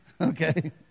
okay